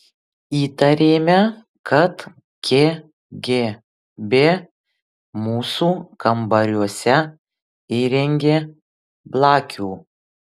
įtarėme kad kgb mūsų kambariuose įrengė blakių